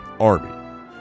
army